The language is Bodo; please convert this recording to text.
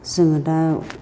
जोङो दा